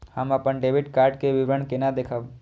हम अपन debit card के विवरण केना देखब?